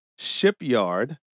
shipyard